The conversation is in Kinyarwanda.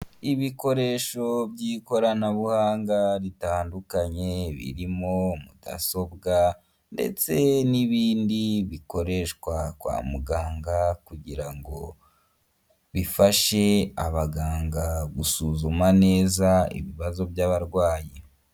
Ibikoresho by'ikoranabuhanga ritandukanye birimo mudasobwa ndetse n'ibindi bikoreshwa kwa muganga kugira ngo bifashe abaganga gusuzuma neza ibibazo by'abarwayi.